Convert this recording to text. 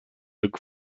look